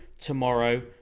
tomorrow